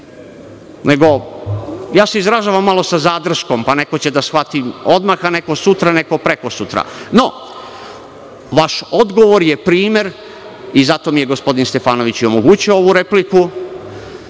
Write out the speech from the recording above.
nego izražavam se malo sa zadrškom, pa neko će da shvati odmah, neko sutra, neko prekosutra.No, vaš odgovor je primer i zato mi je gospodin Stefanović omogućio ovu repliku,